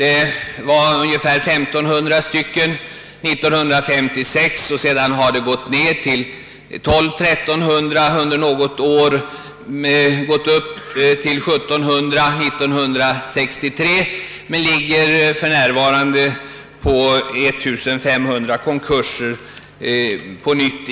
1955 var antalet 1500; sedan gick det ned till 1300 å 1400 något år för att 1962 gå upp till 1600, och för närvarande är antalet på nytt 1500.